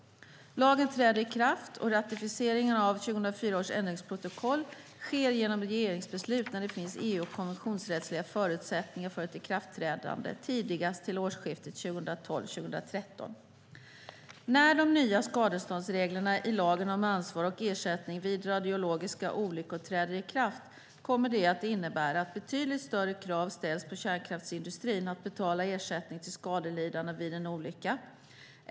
Lagen träder i kraft och ratificering av 2004 års ändringsprotokoll sker genom regeringsbeslut när det finns EU och konventionsrättsliga förutsättningar för ett ikraftträdande, tidigast till årsskiftet 2012/13. När de nya skadeståndsreglerna i lagen om ansvar och ersättning vid radiologiska olyckor träder i kraft kommer de att innebära att betydligt större krav ställs på kärnkraftsindustrin att betala ersättning till skadelidande vid en olycka.